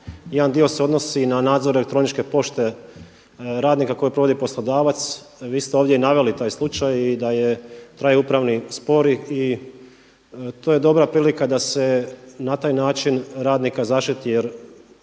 Jedan dio se odnosi na nadzor elektroničke pošte radnika koju provodi poslodavac. Vi ste ovdje i naveli taj slučaj i da traje upravni spor i to je dobra prilika da se na taj način radnika zaštititi.